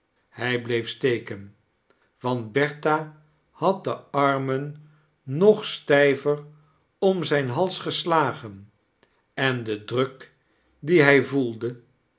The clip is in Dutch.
hij bleef steken want bertha had de armen nog stijver am zijn hals geslagen en den druk dien hij voielde